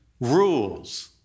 rules